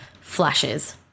Flashes